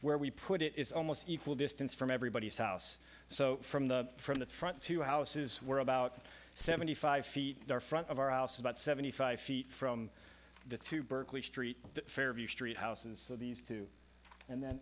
where we put it is almost equal distance from everybody's house so from the from the front two houses were about seventy five feet or front of our house about seventy five feet from the to berkeley street fairview street house and so these two and then